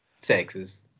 Texas